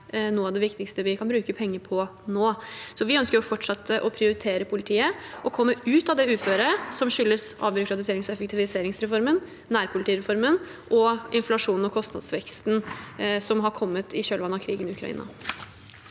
noe av det viktigste vi kan bruke penger på nå. Vi ønsker å fortsette med å prioritere politiet og komme ut av det uføret som skyldes avbyråkratiserings- og effektiviseringsreformen, nærpolitireformen og inflasjonen og kostnadsveksten som har kommet i kjølvannet av krigen i Ukraina.